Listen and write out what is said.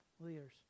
leaders